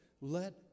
let